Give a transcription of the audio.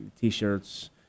T-shirts